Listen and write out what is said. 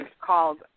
called